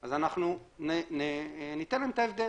אז אנחנו ניתן להם את ההבדל.